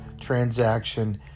transaction